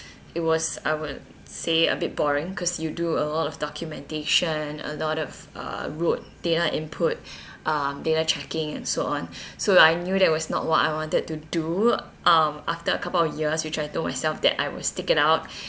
it was I would say a bit boring cause you do a lot of documentation a lot of uh root data input um data checking and so on so I knew that was not what I wanted to do um after a couple of years which I told myself that I will stick it out